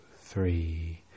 three